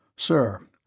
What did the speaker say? Sir